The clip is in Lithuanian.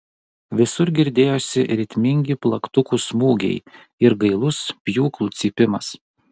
visur girdėjosi ritmingi plaktukų smūgiai ir gailus pjūklų cypimas